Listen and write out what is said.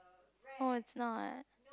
oh it's not